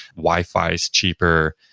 wi-fi is cheaper.